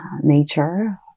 nature